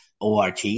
ORT